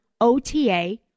OTA